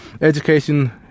education